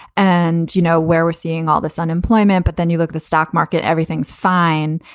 and, you know, where we're seeing all this unemployment. but then you look the stock market, everything's fine.